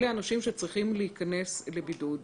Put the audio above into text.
אלה אנשים שצריכים להיכנס לבידוד.